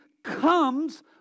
Comes